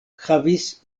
havis